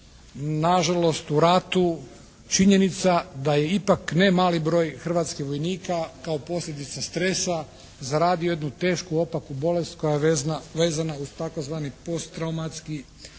nažalost u ratu činjenica da je ipak ne mali broj hrvatskih vojnika kao posljedica stresa zaradio jednu tešku opaku bolest koja je vezana uz tzv. posttraumatski ratni